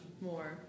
more